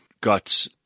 got